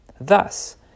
Thus